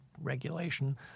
regulation